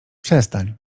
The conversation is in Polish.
przestań